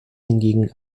hingegen